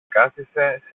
κάθισε